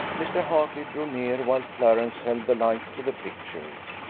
mr. hartley drew near, while clarence held the light to the picture.